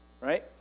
right